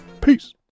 Peace